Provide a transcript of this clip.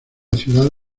ciudad